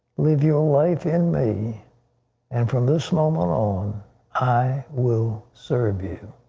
live your life in me and from this moment on i will serve you.